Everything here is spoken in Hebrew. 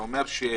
אתה אומר שבתוכנית